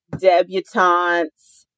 debutantes